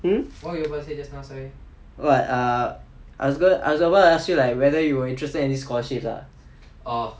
mm oh I err I was gonna I was about to ask you like whether you were interested in any scholarships or not